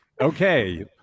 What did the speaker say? Okay